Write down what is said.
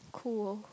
cool